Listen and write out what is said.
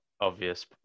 obvious